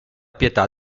pietà